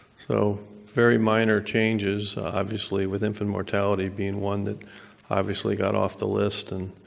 so very minor changes, obviously, with infant mortality being one that obviously got off the list and,